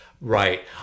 Right